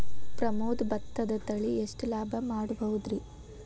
ಪ್ರಮೋದ ಭತ್ತದ ತಳಿ ಎಷ್ಟ ಲಾಭಾ ಮಾಡಬಹುದ್ರಿ?